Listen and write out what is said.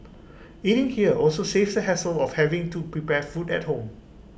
eating here also saves the hassle of having to prepare food at home